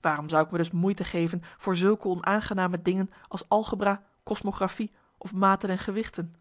waarom zou ik me dus moeite geven voor zulke onaangename dingen als algebra cosmografie of maten en gewichten